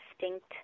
distinct